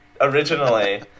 originally